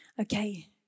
Okay